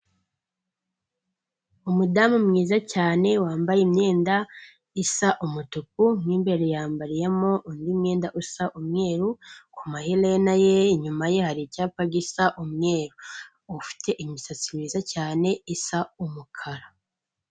Umudamu mwiza cyane wambaye imyenda isa umutuku, mo imbere yambariyemo undi mwenda usa umweru, kumaherena ye inyuma ye hari icyapa gisa umweru, ufite imisatsi myiza cyane isa umukara.